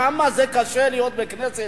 כמה קשה להיות בכנסת.